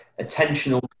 attentional